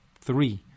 three